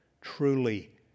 truly